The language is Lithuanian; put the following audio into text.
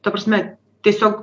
ta prasme tiesiog